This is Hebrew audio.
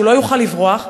שהוא לא יוכל לברוח,